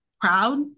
proud